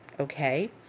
okay